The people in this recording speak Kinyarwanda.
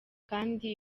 kandi